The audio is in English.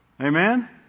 Amen